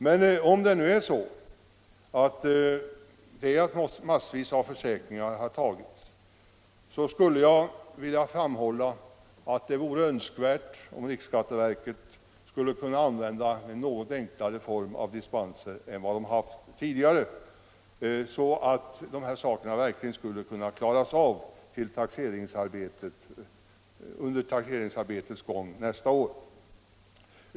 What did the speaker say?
Men om det verkligen förhåller sig så vore det önskvärt att riksskatteverket kunde använda en något enklare form av dispenser än tidigare, så att dessa frågor kan klaras av under taxeringsarbetets gång nästa år.